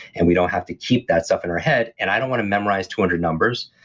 and we don't have to keep that stuff in our head. and i don't want to memorize two hundred numbers,